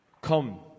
Come